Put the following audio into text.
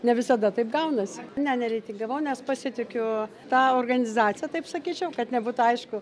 ne visada taip gaunasi ne nereitingavau nes pasitikiu ta organizacija taip sakyčiau kad nebūtų aišku